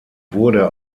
wurde